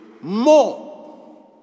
more